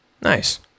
Nice